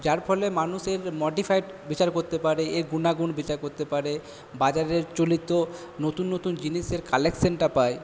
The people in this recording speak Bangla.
যার ফলে মানুষের মডিফাইড বিচার করতে পারে এর গুণাগুণ বিচার করতে পারে বাজারের চলিত নতুন নতুন জিনিসের কালেকশানটা পায়